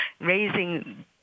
raising